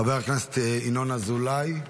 חבר הכנסת ינון אזולאי,